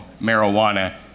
marijuana